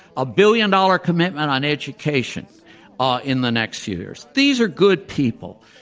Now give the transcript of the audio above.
a billion-dollar commitment on education ah in the next few years. these are good people.